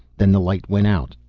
then the light went out.